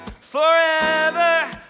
forever